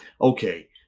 Okay